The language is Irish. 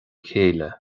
chéile